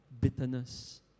bitterness